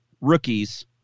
rookies